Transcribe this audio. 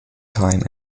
time